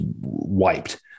wiped